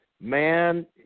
Man